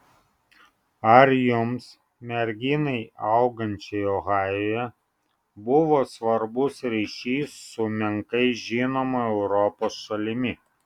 ar jums merginai augančiai ohajuje buvo svarbus ryšys su menkai žinoma europos šalimi